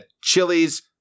chilies